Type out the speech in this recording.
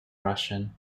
russian